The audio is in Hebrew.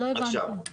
לא הבנתי,